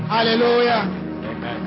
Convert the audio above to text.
Hallelujah